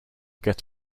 get